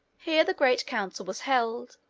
here the great council was held.